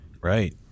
Right